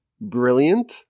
brilliant